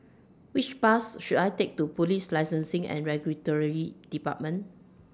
Which Bus should I Take to Police Licensing and Regulatory department